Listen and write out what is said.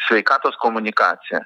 sveikatos komunikaciją